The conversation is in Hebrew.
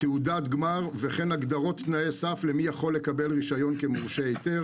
תעודת גמר וכן הגדרות תנאי סף למי יכול לקבל רישיון כמורשה היתר